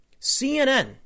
CNN